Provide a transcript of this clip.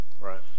Right